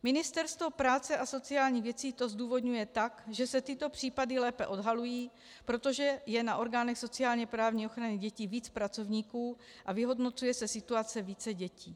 Ministerstvo práce a sociálních věcí to zdůvodňuje tak, že se tyto případy lépe odhalují, protože je na orgánech sociálněprávní ochrany dětí víc pracovníků a vyhodnocuje se situace více dětí.